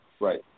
Right